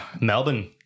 Melbourne